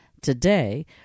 Today